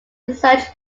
research